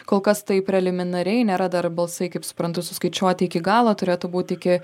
kol kas tai preliminariai nėra dar balsai kaip suprantu suskaičiuoti iki galo turėtų būti iki